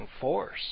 force